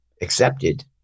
accepted